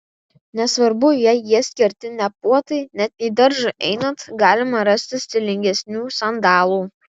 nesvarbu jei jie skirti ne puotai net į daržą einant galima rasti stilingesnių sandalų